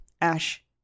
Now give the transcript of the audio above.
Ash